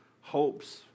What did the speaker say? hopes